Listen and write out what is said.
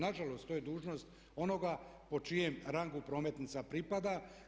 Nažalost to je dužnost onoga po čijem rangu prometnica pripada.